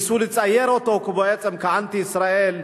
ניסו לצייר אותו בעצם כאנטי-ישראל.